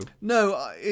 No